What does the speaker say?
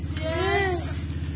Yes